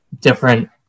different